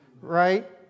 Right